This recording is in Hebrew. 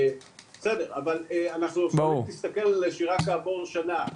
אבל אם תסתכל על נשירה כעבור שנה,